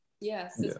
Yes